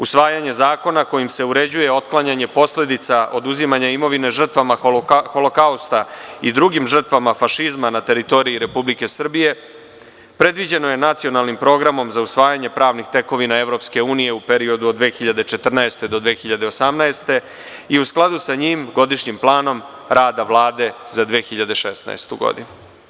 Usvajanje zakona kojim se uređuje otklanjanje posledica oduzimanja imovine žrtvama Holokausta i drugim žrtvama fašizma na teritoriji Republike Srbije, predviđeno je nacionalnim programom za usvajanje pravnih tekovina EU u periodu od 2014. do 2018. godine i u skladu sa njim, godišnjim planom rada Vlade za 2016. godinu.